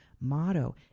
motto